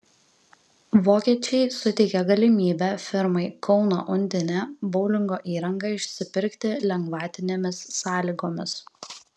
vokiečiai suteikė galimybę firmai kauno undinė boulingo įrangą išsipirkti lengvatinėmis sąlygomis